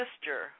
sister